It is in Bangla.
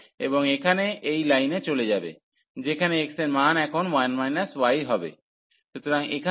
এবং এখানে এই লাইনে চলে যাবে যেখানে x এর মান এখন 1 y হবে